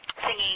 singing